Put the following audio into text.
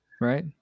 Right